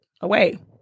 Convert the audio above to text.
away